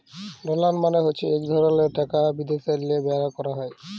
dollar মালে হছে ইক ধরলের টাকা বিদ্যাশেল্লে ব্যাভার ক্যরে